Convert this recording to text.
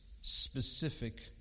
specific